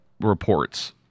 reports